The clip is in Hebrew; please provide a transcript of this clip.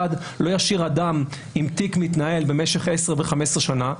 לא ישאיר אדם עם תיק מתנהל במשך 10 ו-15 שנה,